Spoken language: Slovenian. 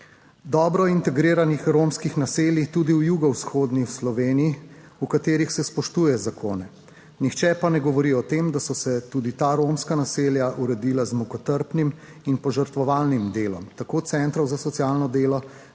dobro integriranih romskih naselij, tudi v jugovzhodni Sloveniji, v katerih se spoštuje zakone, nihče pa ne govori o tem, da so se tudi ta romska naselja uredila z mukotrpnim in požrtvovalnim delom centrov za socialno delo,